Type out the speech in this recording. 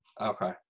Okay